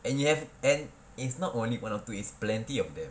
and you have and it's not only one or two is plenty of them